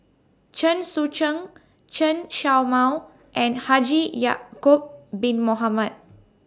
Chen Sucheng Chen Show Mao and Haji Ya'Acob Bin Mohamed